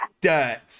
dirt